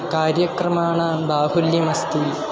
कार्यक्रमाणां बाहुल्यमस्ति